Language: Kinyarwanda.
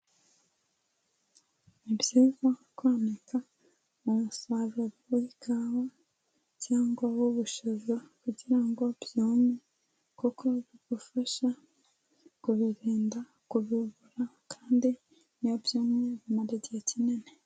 Ni byiza kwanika umusaruro w'ikawa cyangwa w'ubushaza kugira ngo byume kuko bigufasha kubirinda kuburara kandi niyo byumye bimara igihe kinini.